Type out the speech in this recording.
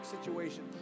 situation